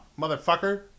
motherfucker